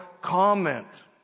comment